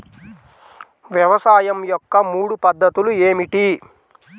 వ్యవసాయం యొక్క మూడు పద్ధతులు ఏమిటి?